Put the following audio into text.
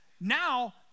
now